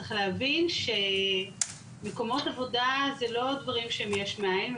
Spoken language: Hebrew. צריך להבין שמקומות עבודה זה לא דברים של יש מאיין,